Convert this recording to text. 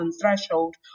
threshold